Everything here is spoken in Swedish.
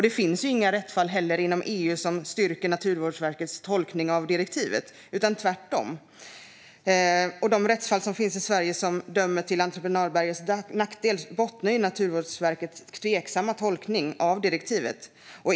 Det finns inga rättsfall inom EU som styrker Naturvårdsverkets tolkning av direktivet - utan tvärtom. De rättsfall i Sverige där det har dömts till entreprenadbergets nackdel bottnar i Naturvårdsverkets tveksamma tolkning av direktivet.